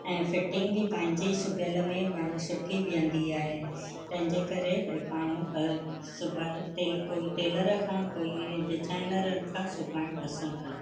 ऐं फ़िटिंग बि पंहिंजी सुबियल में सुठी बीहंदी आहे तंहिंजे करे भाई पाण सुबायलु कोई टेलर खां कोई डिज़ाइनर कपिड़ा सिबायणु पसंदि कंदा